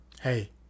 hey